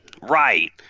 Right